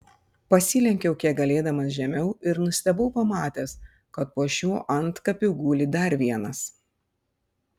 pasilenkiau kiek galėdamas žemiau ir nustebau pamatęs kad po šiuo antkapiu guli dar vienas